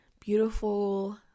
beautiful